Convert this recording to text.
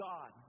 God